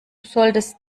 solltest